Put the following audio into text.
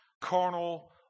carnal